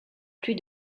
plus